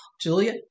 Julia